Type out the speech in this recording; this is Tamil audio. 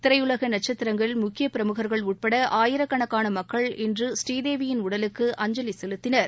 திரையுலக நட்சத்திரங்கள் முக்கிய பிரமுகர்கள் உள்பட ஆயிரக்கணக்கான மக்கள் இன்று புநீதேவியின் உடலுக்கு அஞ்சலி செலுத்தினர்